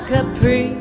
Capri